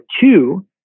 two